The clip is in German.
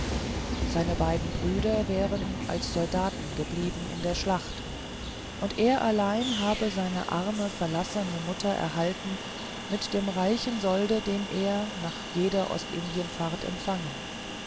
seine beiden brüder wären als soldaten geblieben in der schlacht und er allein habe seine arme verlassene mutter erhalten mit dem reichen solde den er nach jeder ostindienfahrt empfangen